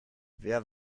wer